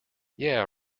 yeah